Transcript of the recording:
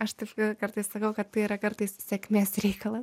aš taip kartais sakau kad tai yra kartais sėkmės reikalas